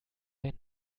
wenn